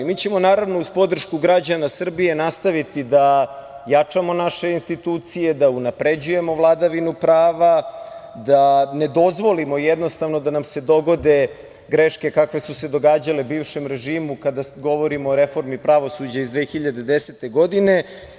Mi ćemo uz podršku građana Srbije nastaviti da jačamo naše institucije, da unapređujemo vladavinu prava, da ne dozvolimo da nam se dogode greške kakve su se događale bivšem režimu, kada govorimo o reformi pravosuđa iz 2010. godine.